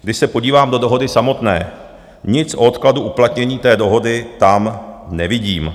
Když se podívám do dohody samotné, nic o odkladu uplatnění té dohody tam nevidím.